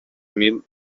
mil